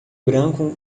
branco